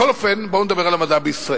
בכל אופן, בואו נדבר על המדע בישראל.